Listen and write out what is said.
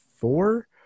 four